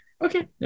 Okay